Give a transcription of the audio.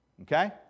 Okay